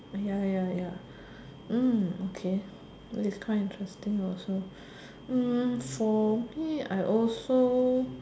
ya ya ya okay that is quite interesting also for me I also